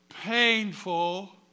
painful